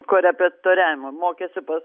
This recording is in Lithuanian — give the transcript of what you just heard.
korepetitoriavimo mokėsi pas